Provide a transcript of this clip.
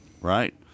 Right